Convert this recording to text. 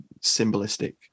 symbolistic